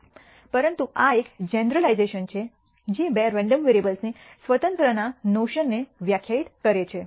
પરંતુ આ એક જેનરલાઇજ઼ેશન છે જે બે રેન્ડમ વેરીએબ્લસની સ્વતંત્રતાની નોશનને વ્યાખ્યાયિત કરે છે